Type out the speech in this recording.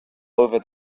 over